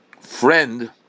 friend